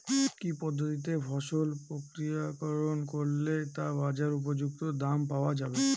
কি পদ্ধতিতে ফসল প্রক্রিয়াকরণ করলে তা বাজার উপযুক্ত দাম পাওয়া যাবে?